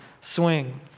swing